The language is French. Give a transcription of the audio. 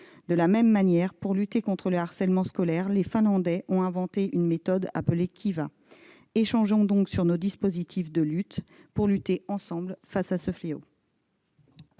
De la même manière, pour lutter contre le harcèlement scolaire, les Finlandais ont inventé une méthode appelée KiVa. Échangeons donc sur nos dispositifs de lutte afin de combattre, ensemble, ce fléau